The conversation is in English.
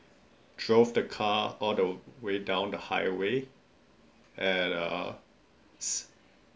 drove the car all the way down the highway and uh s~